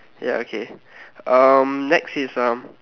ya okay um next is um